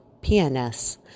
PNS